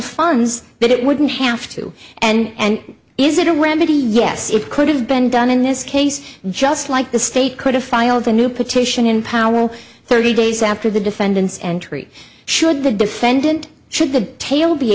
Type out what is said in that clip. funds but it wouldn't have to and is it a remedy yes it could have been done in this case just like the state could have filed a new petition in powell thirty days after the defendant's entry should the defendant should the tail be